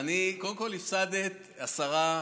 קודם כול הפסדת, השרה,